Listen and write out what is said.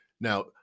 Now